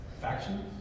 factions